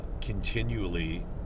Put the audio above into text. continually